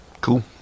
Cool